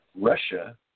Russia